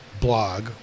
blog